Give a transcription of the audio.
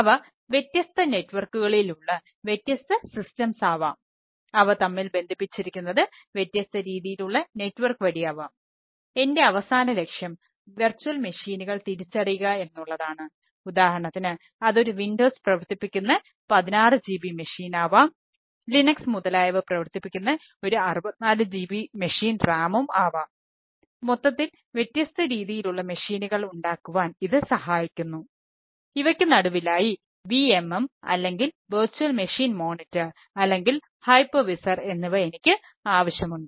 അവ വ്യത്യസ്ത നെറ്റ്വർക്കുകളിൽ എന്നിവ എനിക്ക് ആവശ്യമുണ്ട്